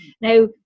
Now